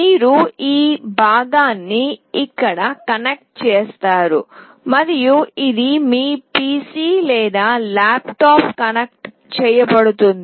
మీరు ఈ భాగాన్ని ఇక్కడ కనెక్ట్ చేస్తారు మరియు ఇది మీ PC లేదా ల్యాప్టాప్కు కనెక్ట్ చేయబడుతుంది